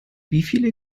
wieviele